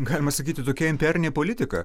galima sakyti tokia imperinė politika